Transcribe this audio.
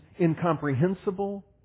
incomprehensible